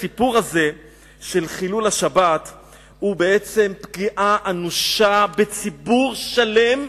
הסיפור הזה של חילול השבת הוא בעצם פגיעה אנושה בציבור שלם,